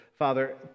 Father